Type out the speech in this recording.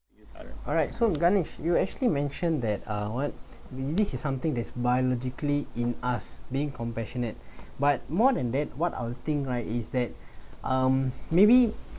alright so regarding you actually mentioned that uh what this is something that's biologically in us being compassionate but more than that what our think right is that um maybe